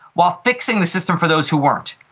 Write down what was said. while fixing this system for those who won't.